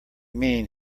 mean